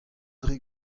dre